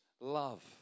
love